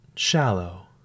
Shallow